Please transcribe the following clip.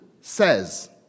says